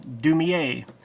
Dumier